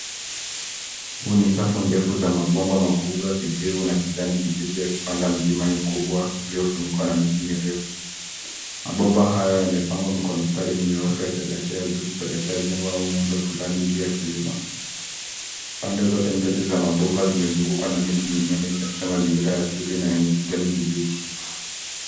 Huu ni safu ndefu za mabomba makubwa ya kijivu na kijani kibichi yakipanda milima mikubwa uliofunikwa na miti mirefu. Mabomba hayo yamepangwa kwa mistari minyoofu yakielekea juu kuelekea jengo au muundo fulani juu ya kilima. Pande zote mbili za mabomba zimezungukwa na miti minene ikionyesha mazingira ya asili na yenye kijani kibichi.